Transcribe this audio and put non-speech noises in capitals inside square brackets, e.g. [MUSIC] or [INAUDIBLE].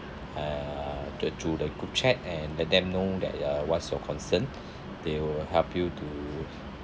uh get to the group chat and let them know that uh what's your concern [BREATH] they will help you to